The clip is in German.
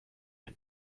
ein